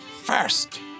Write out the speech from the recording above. First